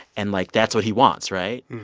and like, that's what he wants, right?